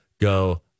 go